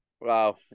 wow